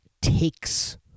takes